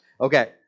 Okay